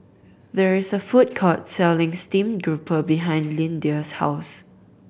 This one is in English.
there is a food court selling steamed grouper behind Lyndia's house